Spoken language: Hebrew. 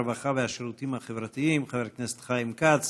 הרווחה והשירותים החברתיים חבר הכנסת חיים כץ